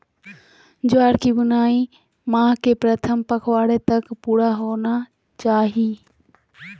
ज्वार की बुआई माह के प्रथम पखवाड़े तक पूरा होना चाही